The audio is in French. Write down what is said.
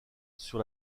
sur